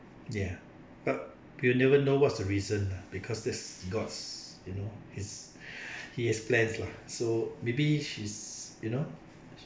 ya but you never know what's the reason lah because that's god's you know his he has plans lah so maybe she is you know